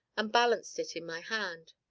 and balanced it in my hand.